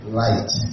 light